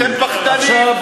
אתם פחדנים.